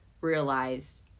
realized